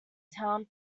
town